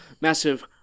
massive